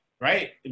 Right